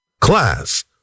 Class